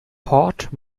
port